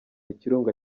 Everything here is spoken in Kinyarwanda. ikirunga